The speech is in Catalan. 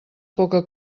poca